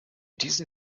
diesen